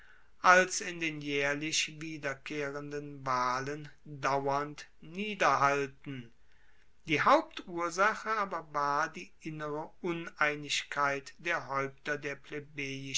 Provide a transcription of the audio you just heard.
als in den jaehrlich wiederkehrenden wahlen dauernd niederhalten die hauptursache aber war die innere uneinigkeit der haeupter der